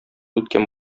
үткән